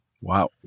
Wow